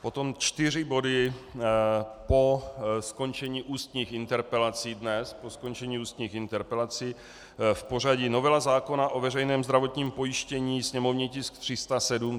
Potom čtyři body po skončení ústních interpelací dnes, po skončení ústních interpelací, v pořadí: novela zákona o veřejném zdravotním pojištění, sněmovní tisk 307.